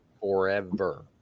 forever